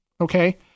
Okay